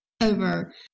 over